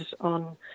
on